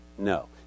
No